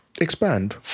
Expand